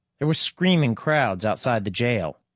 there were screaming crowds outside the jail,